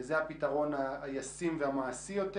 זה הפתרון הישים והמעשי יותר.